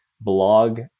blog